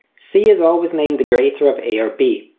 c is always named the greater of a or b,